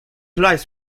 lies